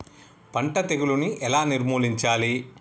పంట తెగులుని ఎలా నిర్మూలించాలి?